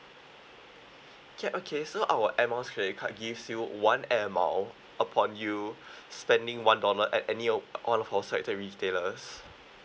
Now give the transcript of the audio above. K okay so our air miles credit card gives you one air mile upon you spending one dollar at any all of our sites and retailers